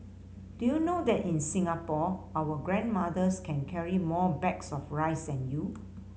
do you know that in Singapore our grandmothers can carry more bags of rice than you